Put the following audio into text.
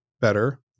better